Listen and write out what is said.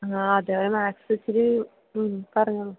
ആ അതെ അവന് മാത്സ് ഇച്ചിരി മ് പറഞ്ഞോളൂ